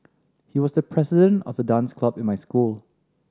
he was the president of the dance club in my school